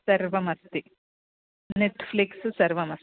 सर्वमस्ति नेट्फ़्लिक्स् सर्वमस्ति